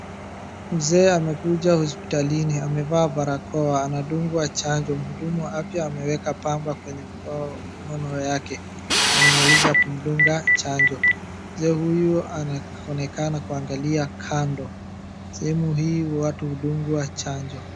Mzee amekuja hospitalini, amevaa barakoa, anadungwa chanjo, mhudumu wa afya ameweka pamba kwenye mkono yake amwmaliza kumdunga chanjo. Mzee huyu anaonekana kuangalia kando. Sehemu hii watu hudungwa chanjo.